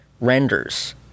renders